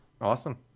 Awesome